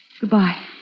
Goodbye